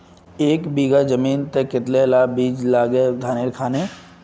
एक बीघा जमीन तय कतला ला बीज लागे धानेर खानेर?